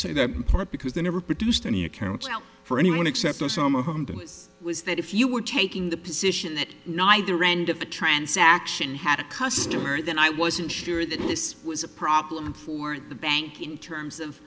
say that because they never produced any accounts for anyone except osama was that if you were taking the position that neither end of the transaction had a customer then i wasn't sure that this was a problem for the bank in terms of